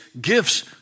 gifts